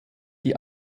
die